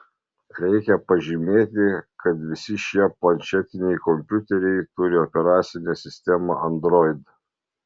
reikia pažymėti kad visi šie planšetiniai kompiuteriai turi operacinę sistemą android